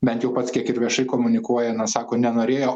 bent jau pats kiek ir viešai komunikuoja na sako nenorėjo